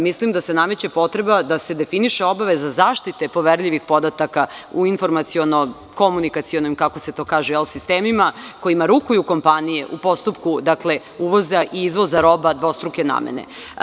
Mislim, da se nameće potreba da se definiše obaveza zaštite poverljivih podataka u informaciono-komunikacionim, kako se to kaže, sistemima, kojima rukuju kompanije u postupku uvoza i izvoza roba dvostruke namene.